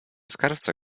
skarbca